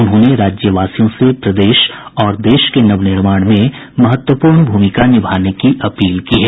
उन्होंने राज्यवासियों से प्रदेश और देश के नवनिर्माण में महत्वपूर्ण भूमिका निभाने की अपील की है